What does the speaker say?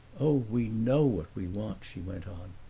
oh, we know what we want, she went on.